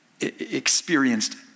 experienced